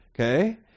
okay